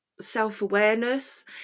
self-awareness